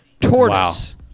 tortoise